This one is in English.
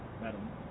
madam